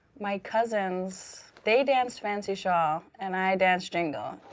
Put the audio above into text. my cousins, they danced fancy shawl and i danced jingle.